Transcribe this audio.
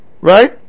right